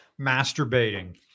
masturbating